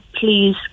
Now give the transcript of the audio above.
please